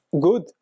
good